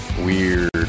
weird